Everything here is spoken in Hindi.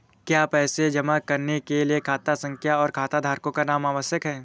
क्या पैसा जमा करने के लिए खाता संख्या और खाताधारकों का नाम आवश्यक है?